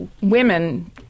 women